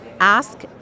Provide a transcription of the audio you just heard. ask